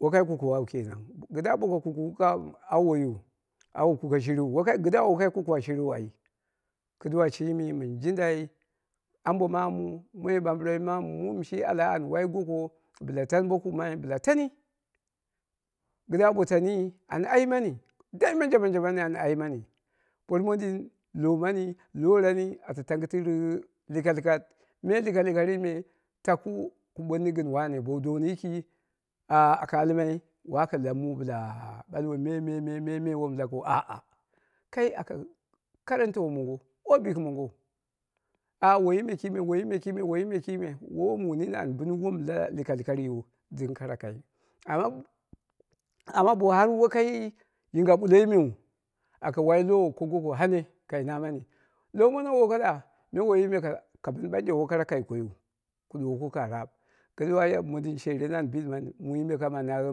Wo kai kukuwau kenan amma boko kukuwu au woiyi au kuke shiriu, kidda wokai kukuwa shiriu ai kɨduwa shimi mɨn jindai ambo maamu moi ɓambɨren maamu mum shi ala an wai goko bɨla tani bo kukumai bɨla tani kɨdda ba tani an aimani dai manjo mango mango am aimani por mondin lowo mani, lowora ni ata tangɨni lu likalkat, me likalkal ri me taku ku ɓooni gɨn wone bowu dowunu yiki aka almai waka lau bɨlai mu bɨla ɓalwo me me me wom laki ah ah kai aka ka rante woi mongo woi bikimongou a woiyi me kime a woiyi me kime, woiyime kime, woi mu nini an bɨn wom la gkalkariyu kara kai amma, amma bo woi kai yinga bukoi meu aka wai lowo ko goko hane aka namani lowo mono woko ɗa, me woiyi me ka bɨn ɓanje woi karal kaiyu ku ɗuwoku ka raap ki duwa mondin shereni an bidmani mai me kam a naghe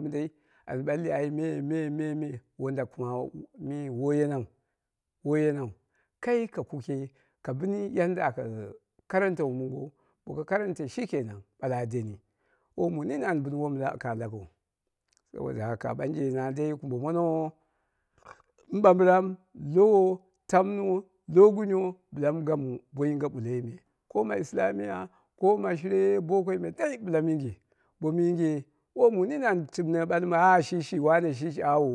mindei an ɓalli ai me, me, me, me wanda kuma me woi yenau yenau, kai ka kuke ka bɨni yanda aka karade womongo boko karante shikenan ɓala, a deni wol mu nini a bɨn wom la ka lakiu. Sabo da haka ɓanje na dai kumbo mono, mɨɓamɓɨram, lowo tamno, logunyo bɨla mɨ gamu bo yinge ɓukoi, ko ma islamiya ko ma shire boko mu nini an timne ɓalmu shi shiwane ah shi shi wani